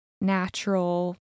natural